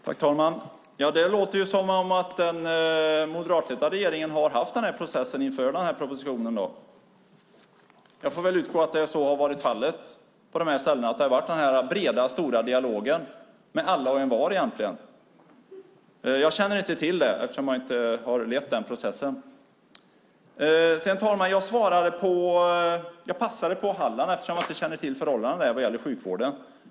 Fru talman! Det låter som att den moderatledda regeringen har haft den här processen inför propositionen. Jag får utgå från att så har varit fallet. Det har varit en bred dialog med alla och envar egentligen. Jag känner inte till det, eftersom jag inte har lett den processen. Jag passade i frågan om Halland, eftersom jag inte känner till förhållandena där när det gäller sjukvården.